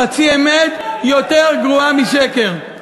חצי אמת היא יותר גרועה משקר.